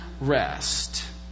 rest